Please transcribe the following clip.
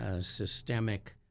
systemic